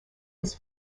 his